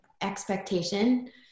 expectation